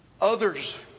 Others